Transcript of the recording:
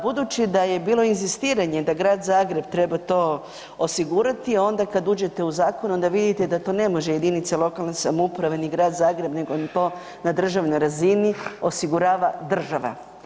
Budući da je bilo inzistiranje da Grad Zagreb treba to osigurati onda kada uđete u zakon onda vidite da to ne može jedinice lokalne samouprave ni Grad Zagreb nego … na državnoj razini osigurava država.